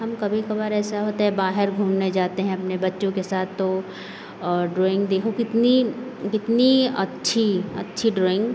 हम कभी कभार ऐसा होता है बाहर घूमने जाते हैं अपने बच्चों के साथ तो ड्राइंग देखो कितनी कितनी अच्छी अच्छी ड्राइंग